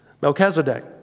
Melchizedek